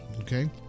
okay